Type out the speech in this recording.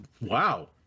Wow